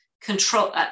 control